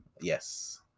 yes